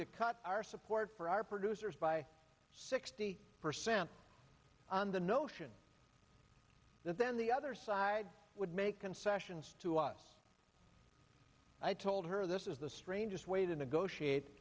to cut our support for our producers by sixty percent on the notion that then the other side would make concessions to us i told her this is the strangest way t